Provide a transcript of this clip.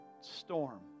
storm